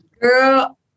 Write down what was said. Girl